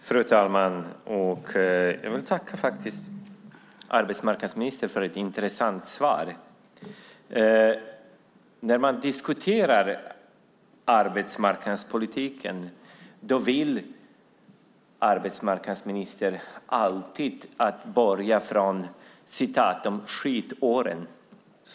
Fru talman! Jag vill tacka arbetsmarknadsministern för ett intressant svar. När man diskuterar arbetsmarknadspolitiken vill arbetsmarknadsministern alltid utgå från "skitåren".